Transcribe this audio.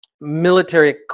military